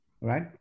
right